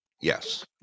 Yes